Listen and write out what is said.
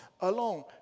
alone